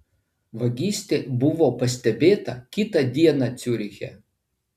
vagystė buvo pastebėta kitą dieną ciuriche